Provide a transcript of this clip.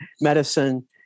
medicine